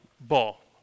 ball